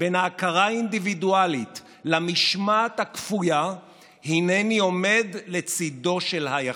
בין ההכרה האינדיבידואלית למשמעת הכפויה הינני עומד לצידו של היחיד".